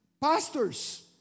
pastors